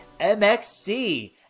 MXC